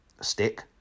stick